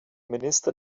minister